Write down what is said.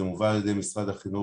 זה מובל על ידי משרד החינוך,